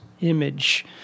image